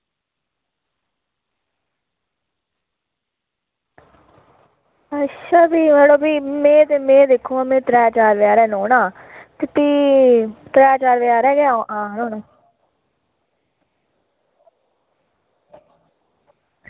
ते दिक्खो आं मड़ो भी में ते त्रै चार बजे हारे नौना ते भी त्रै चार बजे हारे गै आना होना